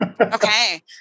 Okay